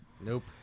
Nope